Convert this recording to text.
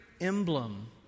emblem